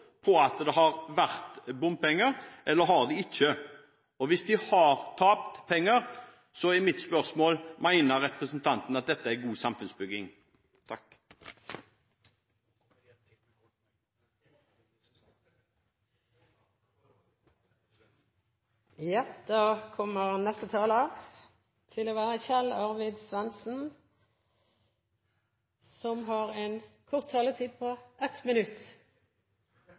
på at det har vært bompenger, eller har det ikke? Hvis de har tapt penger, er mitt spørsmål: Mener representanten at dette er god samfunnsbygging? Representanten Kjell Arvid Svendsen har hatt ordet to ganger tidligere og får ordet til en kort merknad, begrenset til 1 minutt.